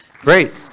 Great